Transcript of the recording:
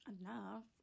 enough